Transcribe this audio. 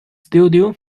studio